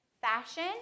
Fashion